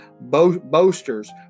boasters